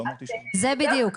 זה בדיוק.